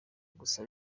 gusa